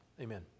Amen